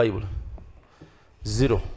Zero